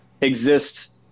exist